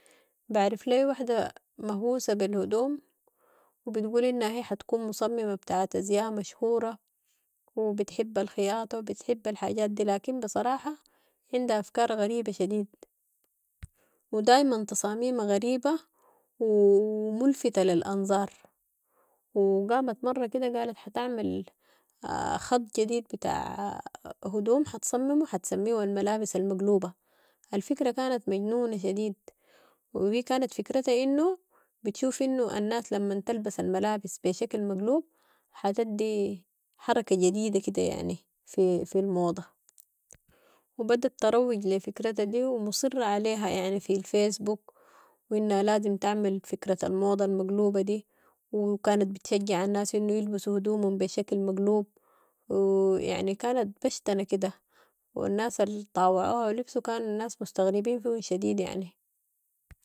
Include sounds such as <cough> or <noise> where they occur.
بعرف لي وحده مهووسة بالهدوم و بتقول انها هي حتكون مصممة بتاعة ازياء مشهورة و بتحب الخياطة و يتحب الحاجات دي لكن بصراحة عندها افكار غريبة شديد و دايما تصاميمها غريبة و ملفتة للانظار و قامت مرة كدا قالت حتعمل خط جديد بتاع هدوم حتصممو حتسميهو الملابس المقلوبة، الفكرة كانت مجنونة شديد و هي كانت فكرتا انو بتشوف انو الناس لما تلبس الملابس بشكل مقلوب حتدي حركة جديدة كده يعني في في الموضة وبدت تروج لي فكرتها دي ومصرا عليها يعني في الفيسبوك وانها لازم تعمل فكرة الموضة المقلوبة دي وكانت بتشجع الناس انو يلبسوا هدومهم بشكل مقلوب و <hesitation> يعني كانت بشتنة كده والناس الطاوعوها ولبسوا كان الناس مستغربين فيهم شديد يعني.